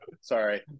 Sorry